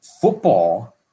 football